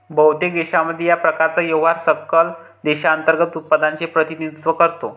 बहुतेक देशांमध्ये, या प्रकारचा व्यापार सकल देशांतर्गत उत्पादनाचे प्रतिनिधित्व करतो